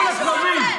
תתבייש.